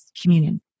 communion